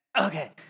Okay